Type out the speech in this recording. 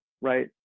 right